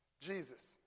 Jesus